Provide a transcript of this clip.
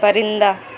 پرندہ